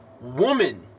woman